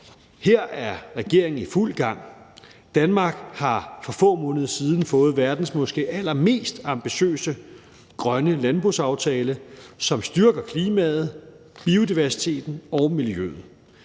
Her er regeringen i fuld gang. Danmark har for få måneder siden fået verdens måske allermest ambitiøse grønne landbrugsaftale, som styrker klimaet, biodiversiteten og miljøet.